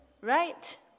right